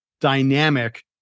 dynamic